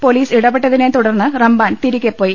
police ഇടപെട്ടതിനെതുടർന്ന് റമ്പാൻ തിരികെപോയി